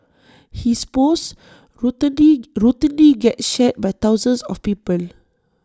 his posts routinely routinely get shared by thousands of people